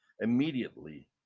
Immediately